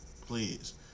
Please